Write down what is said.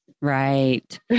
right